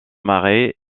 marais